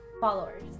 Followers